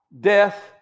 death